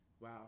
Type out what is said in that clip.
Wow